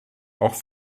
auch